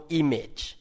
image